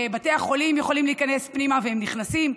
בתי החולים יכולים להיכנס פנימה, והם נכנסים.